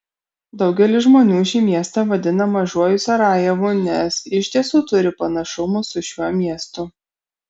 daugelis žmonių šį miestą vadina mažuoju sarajevu nes iš tiesų turi panašumų su šiuo miestu